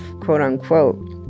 quote-unquote